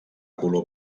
color